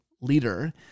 leader